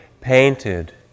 painted